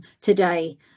today